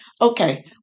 okay